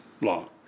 law